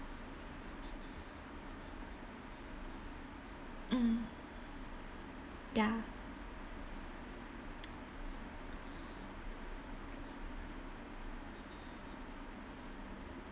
mm ya